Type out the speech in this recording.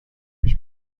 هیچ